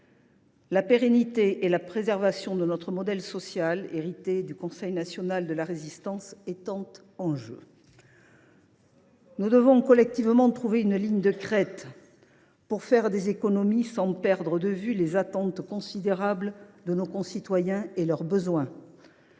La pérennité et la préservation de notre modèle social hérité du Conseil national de la Résistance (CNR) étant en jeu, nous devons collectivement trouver une ligne de crête pour réaliser des économies sans perdre de vue les attentes considérables de nos concitoyens et leurs besoins